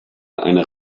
eine